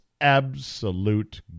absolute